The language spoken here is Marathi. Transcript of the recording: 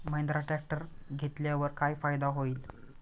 महिंद्रा ट्रॅक्टर घेतल्यावर काय फायदा होईल?